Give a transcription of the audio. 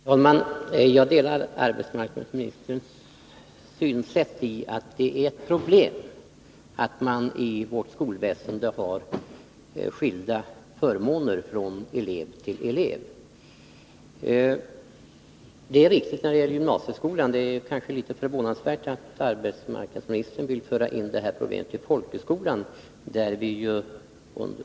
Herr talman! Jag delar arbetsmarknadsministerns synsätt, att det är ett problem att förmånerna i vårt skolväsende kan skilja från elev till elev. Detta gäller gymnasieskolan, och det är kanske litet förvånansvärt att arbetsmarknadsministern vill föra in det problemet i folkhögskolan.